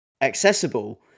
accessible